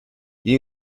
you